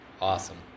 Awesome